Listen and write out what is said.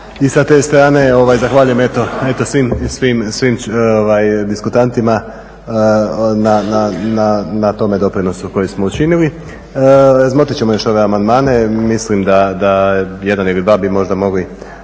i sa te strane zahvaljujem eto svim diskutantima na tome doprinosu koji smo učinili. Razmotrit ćemo još ove amandmane, mislim da jedan ili dva bi možda mogli